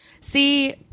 See